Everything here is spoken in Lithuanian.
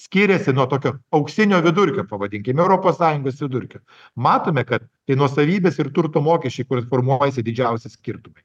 skyrėsi nuo tokio auksinio vidurkio pavadinkime europos sąjungos vidurkio matome kad tai nuosavybės ir turto mokesčiai kur formuojasi didžiausi skirtumai